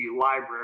library